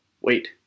wait